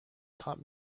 taught